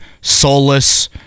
soulless